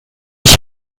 ich